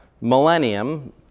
millennium